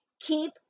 Keep